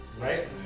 Right